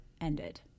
ended